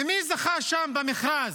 ומי זכה שם במכרז?